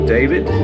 David